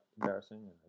embarrassing